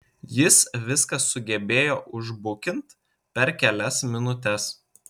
jis viską sugebėjo užbukint per kelias minutes